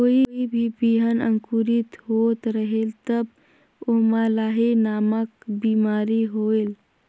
कोई भी बिहान अंकुरित होत रेहेल तब ओमा लाही नामक बिमारी होयल?